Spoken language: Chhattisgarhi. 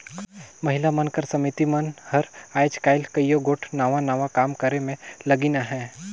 महिला मन कर समिति मन हर आएज काएल कइयो गोट नावा नावा काम करे में लगिन अहें